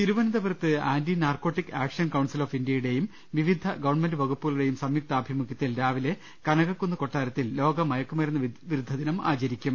തിരുവനന്തപുരത്ത് anti narcotic action council of ഇന്ത്യുടെയും വിവിധ ഗവ്ൺമെന്റ് വകുപ്പുകളുടെയും സംയുക്താഭിമു ഖ്യത്തിൽ രാവിലെ കനകക്കുന്ന് കൊട്ടാരത്തിൽ ലോകമയക്കുമരുന്ന് വിരു ദ്ധദിനം ആചരിക്കും